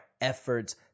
efforts